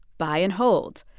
buy and hold.